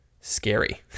scary